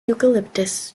eucalyptus